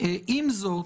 עם זאת,